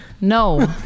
no